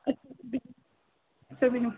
اَچھا بِہِو